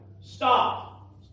Stop